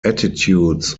attitudes